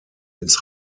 its